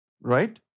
right